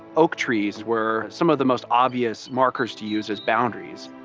oak trees were some of the most obvious markers to use as boundaries.